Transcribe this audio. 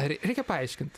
rei reikia paaiškint